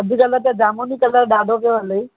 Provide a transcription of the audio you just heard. अॼुकल्ह त जामुनी कलर ॾाढो पियो हले